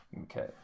Okay